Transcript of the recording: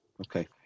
okay